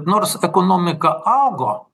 nors ekonomika augo